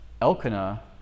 Elkanah